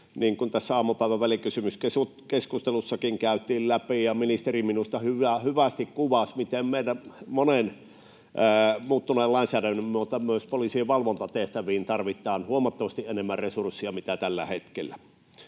Niin kuin tässä aamupäivän välikysymyskeskustelussakin käytiin läpi ja ministeri minusta hyvästi kuvasi, miten meidän monen muuttuneen lainsäädännön myötä myös poliisien valvontatehtäviin tarvitaan huomattavasti enemmän resursseja kuin mitä tällä hetkellä